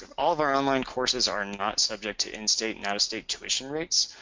all our online courses are not subject to in-state and out-of-state tuition rates.